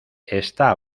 está